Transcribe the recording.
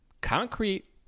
Concrete